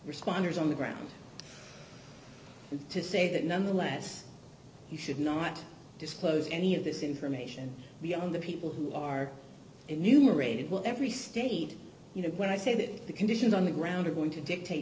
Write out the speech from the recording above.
responders on the ground to say that nonetheless you should not disclose any of this information beyond the people who are numerated well every state you know when i say that the conditions on the ground are going to dictate